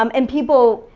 um and people,